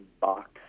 box